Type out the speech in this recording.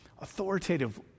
authoritative